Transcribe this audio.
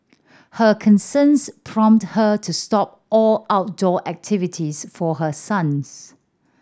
her concerns prompted her to stop all outdoor activities for her sons